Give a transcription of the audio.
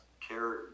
care